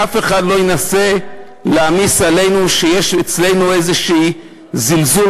שאף אחד לא ינסה להעמיס עלינו שיש אצלנו איזשהו זלזול,